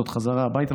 זאת חזרה הביתה,